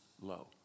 low